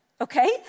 Okay